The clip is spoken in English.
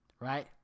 right